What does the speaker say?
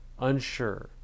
unsure